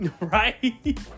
Right